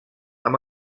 amb